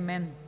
МНПК